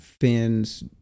fans